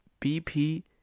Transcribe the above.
BP